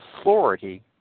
authority